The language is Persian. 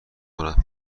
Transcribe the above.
کند